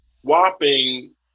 whopping